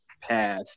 path